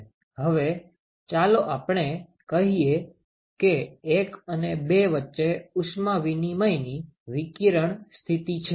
હવે ચાલો આપણે કહીએ કે 1 અને 2 વચ્ચે ઉષ્મા વિનિમયની વિકિરણ સ્થિતિ છે